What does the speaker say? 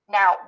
now